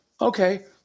Okay